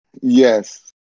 Yes